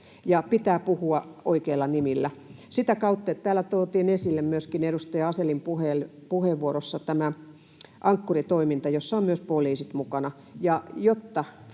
pitää puhua oikeilla nimillä. Täällä tuotiin esille myöskin edustaja Asellin puheenvuorossa tämä Ankkuri-toiminta, jossa on myös poliisit mukana.